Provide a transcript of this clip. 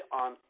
on